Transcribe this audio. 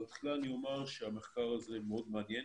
אבל תחילה אני אומר שהמחקר הזה מאוד מעניין.